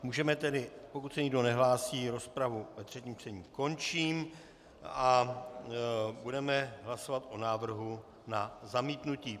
Můžeme tedy... pokud se nikdo nehlásí, rozpravu ve třetím čtení končím a budeme hlasovat o návrhu na zamítnutí.